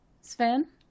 Sven